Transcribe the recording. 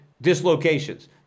dislocations